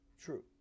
true